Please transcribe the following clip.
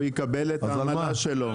הוא יקבל את העמלה שלו.